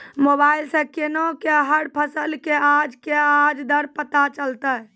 Mobile सऽ केना कऽ हर फसल कऽ आज के आज दर पता चलतै?